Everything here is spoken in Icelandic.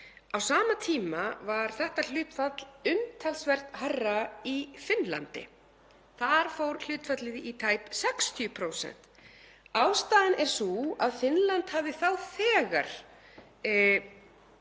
Á sama tíma var þetta hlutfall umtalsvert hærra í Finnlandi. Þar fór hlutfallið í tæp 60%. Ástæðan er sú að Finnland hafði þá þegar